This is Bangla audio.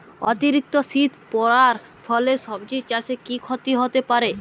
অতিরিক্ত শীত পরার ফলে সবজি চাষে কি ক্ষতি হতে পারে?